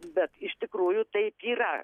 bet iš tikrųjų taip yra